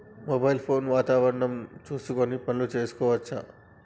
Mobile phone లో వాతావరణం చూసుకొని పనులు చేసుకోవచ్చా?